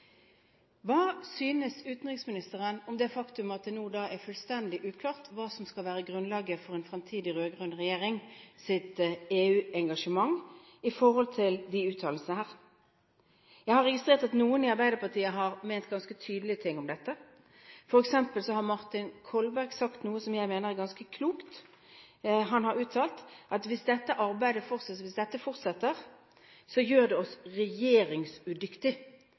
Hva synes utenriksministeren om det faktum at det nå er fullstendig uklart hva som skal være grunnlaget for en fremtidig rød-grønn regjerings EU-engasjement sett opp mot disse uttalelsene? Jeg har registrert at noen i Arbeiderpartiet har hatt ganske tydelige meninger om dette, f.eks. har Martin Kolberg sagt noe som jeg mener er ganske klokt. Han har uttalt at hvis dette